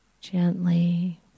gently